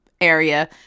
area